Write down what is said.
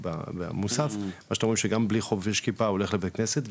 בתפילת מוסף למרות שהוא לא חובש כיפה והולך לבית הכנסת,